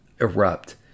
erupt